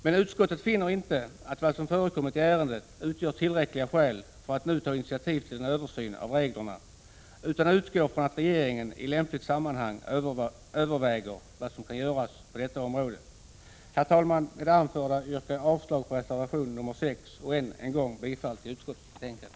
Men utskottet finner inte att vad som förekommit i ärendet utgör tillräckliga skäl för att nu ta initiativ till en översyn av reglerna, utan utgår från att regeringen i lämpligt sammanhang överväger vad som kan göras på detta område. Herr talman! Med det anförda yrkar jag avslag på reservation nr 6 och än en gång bifall till utskottets hemställan.